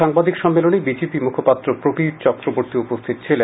সাংবাদিক সম্মেলনে বিজেপি মুখপাত্র প্রবীর চক্রবর্তী উপস্থিত ছিলেন